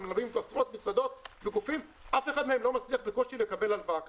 עשרות מסעדות וגופים ואף אחד מהם לא מצליח לקבל הלוואה כזאת.